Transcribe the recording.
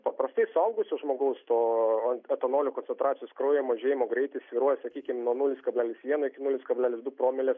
paprastai suaugusio žmogaus to etanolio koncentracijos kraujo mažėjimo greitis svyruoja sakykim nuo nulis kablelis vieno iki nulis kablelis du promilės